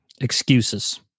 excuses